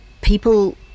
people